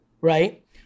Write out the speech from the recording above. right